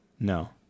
No